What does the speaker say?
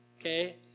okay